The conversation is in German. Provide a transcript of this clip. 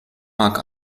marc